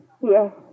Yes